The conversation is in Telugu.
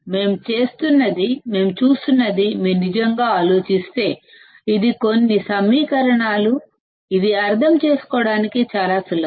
మనం చూస్తున్నది మీరు నిజంగా ఆలోచిస్తే ఇది కొన్ని సమీకరణాలు ఇది అర్థం చేసుకోవడానికి చాలా సులభం